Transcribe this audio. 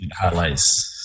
highlights